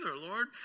Lord